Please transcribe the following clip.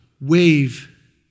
wave